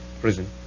prison